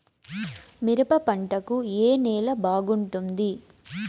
మిరప పంట కు ఏ నేల బాగుంటుంది?